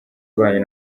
banyu